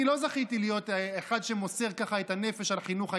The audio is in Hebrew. אני לא זכיתי להיות אחד שמוסר ככה את הנפש על חינוך הילדים.